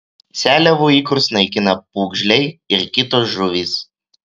seliavų ikrus naikina pūgžliai ir kitos žuvys